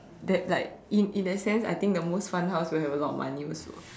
that like in in that sense I think the most fun house will have a lot of money also